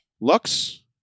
Lux